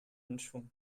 anschwung